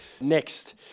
next